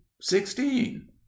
sixteen